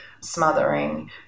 smothering